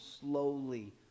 slowly